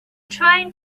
trying